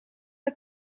het